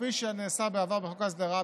כפי שנעשה בעבר בחוק ההסדרה,